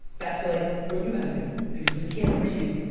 back to like what you had to do, because when you can't breathe,